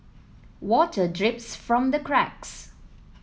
water drips from the cracks